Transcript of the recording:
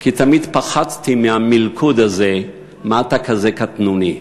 כי תמיד פחדתי מהמלכוד הזה, מה אתה כזה קטנוני?